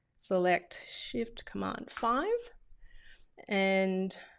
select shift command five and